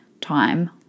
time